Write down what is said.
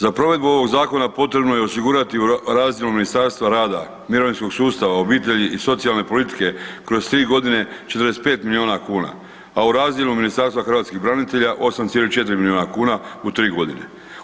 Za provedbu ovog zakona potrebno je osigurati u razdjelu Ministarstva rada, mirovinskog rada, obitelji i socijalne politike kroz 3 g. 45 milijuna kn a u razdjelu Ministarstva hrvatskih branitelja 8,4 milijuna kn u 3 godine.